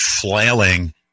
flailing